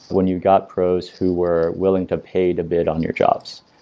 when you got pros who were willing to pay the bid on your jobs.